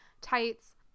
tights